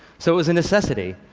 so it was a necessity.